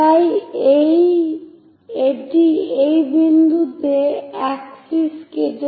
তাই এটি এই বিন্দুতে এক্সিস কেটে দেয়